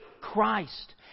Christ